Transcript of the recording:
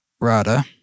Rada